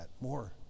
more